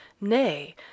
nay